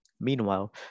Meanwhile